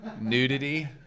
Nudity